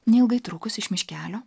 neilgai trukus iš miškelio